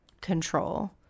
control